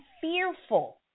fearful